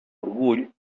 orgull